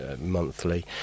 monthly